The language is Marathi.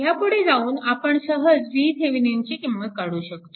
ह्यापुढे जाऊन आपण सहज VThevenin ची किंमत काढू शकतो